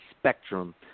spectrum